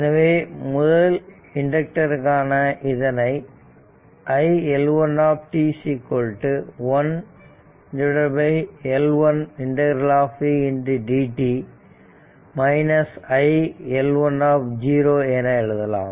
எனவே முதல் இண்டக்டர்காக இதனை iL1 1L1 ∫v dt iL1 என எழுதலாம்